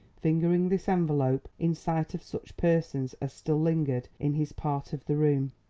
fingering this envelope in sight of such persons as still lingered in his part of the room.